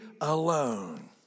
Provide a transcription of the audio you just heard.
alone